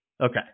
Okay